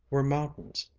were mountains,